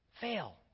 fail